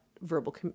verbal